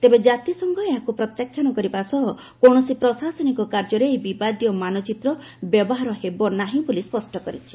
ତେବେ ଜାତିସଂଘ ଏହାକୁ ପ୍ରତ୍ୟାଖ୍ୟାନ କରିବା ସହ କୌଣସି ପ୍ରଶାସନିକ କାର୍ଯ୍ୟରେ ଏହି ବିବାଦୀୟ ମାନଚିତ୍ର ବ୍ୟବହାର ହେବ ନାହିଁ ବୋଲି ସ୍ୱଷ୍ଟ କରିଛି